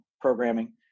programming